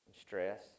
stress